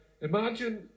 imagine